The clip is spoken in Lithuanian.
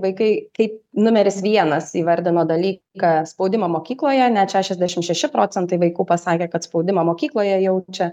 vaikai kaip numeris vienas įvardino daly ką spaudimą mokykloje net šešiasdešim šeši procentai vaikų pasakė kad spaudimą mokykloje jaučia